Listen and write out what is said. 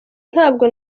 ntabwo